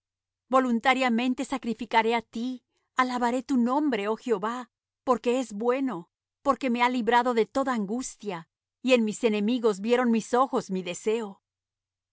voluntariamente sacrificaré á ti alabaré tu nombre oh jehová porque es bueno porque me ha librado de toda angustia y en mis enemigos vieron mis ojos mi deseo al